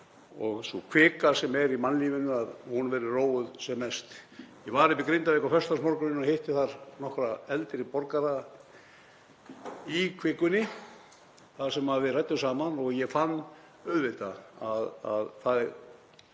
að sú kvika sem er í mannlífinu verði róuð sem mest. Ég var í Grindavík á föstudagsmorgninum og hitti þar nokkra eldri borgara í Kvikunni þar sem við ræddum saman og ég fann auðvitað að þeir